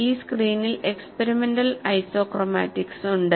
ഈ സ്ക്രീനിൽ experimental isochromatics ഉണ്ട്